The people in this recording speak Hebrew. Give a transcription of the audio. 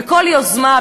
בכל יוזמה,